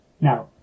Now